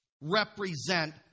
represent